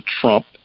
Trump